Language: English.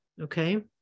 Okay